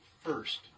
first